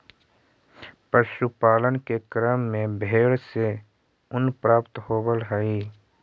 पशुपालन के क्रम में भेंड से ऊन प्राप्त होवऽ हई